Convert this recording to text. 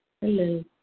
Hello